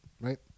right